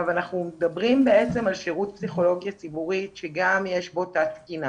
אנחנו מדברים על שירות פסיכולוגיה ציבורית שגם יש בו תת תקינה